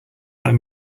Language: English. that